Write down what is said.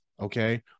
Okay